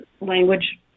language